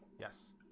Yes